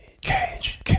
Cage